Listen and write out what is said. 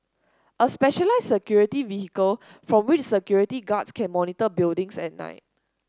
a specialised security vehicle from which security guards can monitor buildings at night